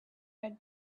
had